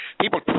People